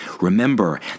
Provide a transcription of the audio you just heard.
Remember